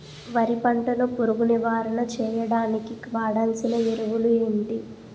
వరి పంట లో పురుగు నివారణ చేయడానికి వాడాల్సిన ఎరువులు ఏంటి?